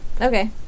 Okay